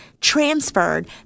transferred